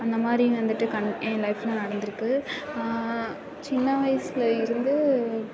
அந்த மாதிரி வந்துட்டு என் லைஃப்பில் நடந்திருக்கு சின்ன வயசில் இருந்து